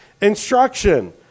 Instruction